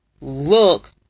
look